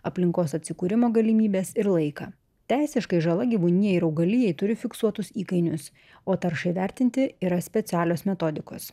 aplinkos atsikūrimo galimybes ir laiką teisiškai žala gyvūnijai ir augalijai turi fiksuotus įkainius o taršai vertinti yra specialios metodikos